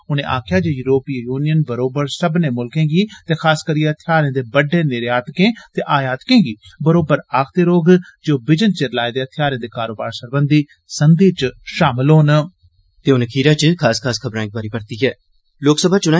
उनें आक्खेया जे यूरोपी यूनियन बरोबर सब्बनें म्ल्खें गी ते खास करी हथियारें दे बड्डे निर्यातकें ते आयातकें गी बरोबर आक्खदी रौहग जे ओ बिजन चिर लाए दे हथियारें दे कारोबार सरबंधी संधि च शामल होन